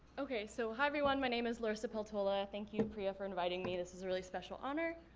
okay, so hi everyone, my name is larissa peltola. thank you priya for inviting me, this is a really special honor.